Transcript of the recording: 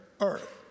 earth